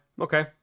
Okay